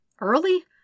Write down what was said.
early